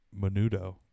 Menudo